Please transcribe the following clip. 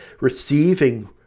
receiving